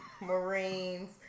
Marines